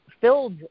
filled